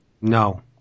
No